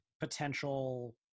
potential